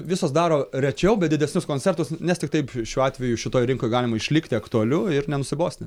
visos daro rečiau bet didesnius koncertus nes tik taip šiuo atveju šitoj rinkoj galima išlikti aktualiu ir nenusibosti